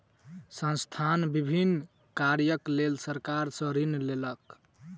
संस्थान विभिन्न कार्यक लेल सरकार सॅ ऋण लेलक